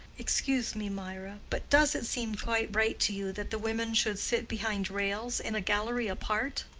excuse me, mirah, but does it seem quite right to you that the women should sit behind rails in a gallery apart?